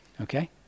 okay